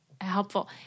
helpful